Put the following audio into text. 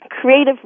creative